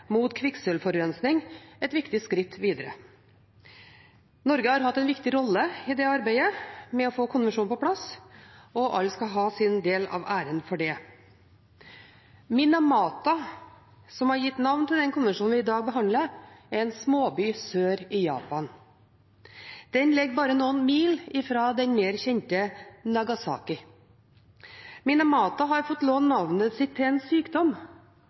mot kvikksølvforurensning et viktig skritt videre. Norge har hatt en viktig rolle i arbeidet med å få konvensjonen på plass, og alle skal ha sin del av æren for det. Minamata, som har gitt navn til den konvensjonen vi i dag behandler, er en småby sør i Japan. Den ligger bare noen mil fra den mer kjente byen Nagasaki. Minamata har fått låne navnet sitt til en sykdom,